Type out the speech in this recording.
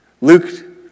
Luke